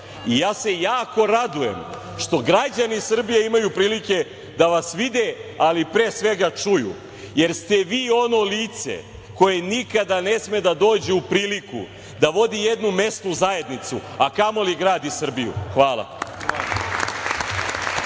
se jako radujem što građani Srbije imaju prilike da vas vide, ali pre svega čuju, jer ste vi ono lice koje nikada ne sme da dođe u priliku da vodi jednu mesnu zajednicu, a kamoli grad i Srbiju. Hvala.